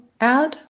add